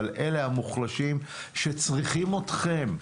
אבל אלה המוחלשים שצריכים אתכם,